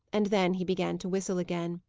and then he began to whistle again.